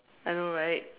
I know right